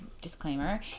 disclaimer